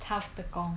tough 的工